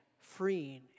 freeing